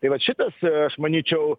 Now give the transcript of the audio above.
tai va šitas aš manyčiau